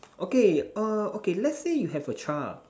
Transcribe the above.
okay oh okay let's say you have a child